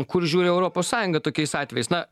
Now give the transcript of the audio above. kur žiūri europos sąjunga tokiais atvejais na